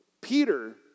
Peter